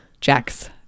Jax